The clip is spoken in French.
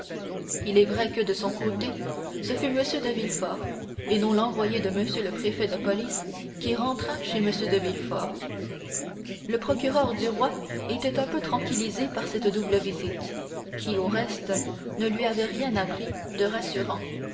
il est vrai que de son côté ce fut m de villefort et non l'envoyé de m le préfet de police qui rentra chez m de villefort le procureur du roi était un peu tranquillisé par cette double visite qui au reste ne lui avait rien appris de rassurant